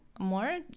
More